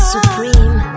Supreme